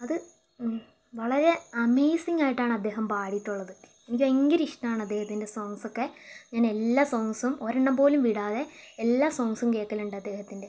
അത് വ വളരെ അമേസിങ് ആയിട്ടാണ് അദ്ദേഹം പാടിയിട്ടുള്ളത് എനിക്ക് ഭയങ്കര ഇഷ്ടമാണ് അദ്ദേഹത്തിൻ്റെ സോങ്സൊക്കെ പിന്നെ എല്ലാ സോങ്സും ഒരെണ്ണം പോലും വിടാതെ എല്ലാ സോങ്സും കേൾക്കലുണ്ട് അദ്ദേഹത്തിൻ്റെ